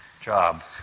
job